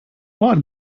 what